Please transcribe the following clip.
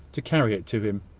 to carry it to him.